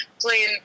playing